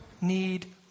need